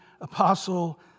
apostle